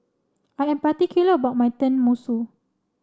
I am particular about my Tenmusu